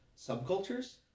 subcultures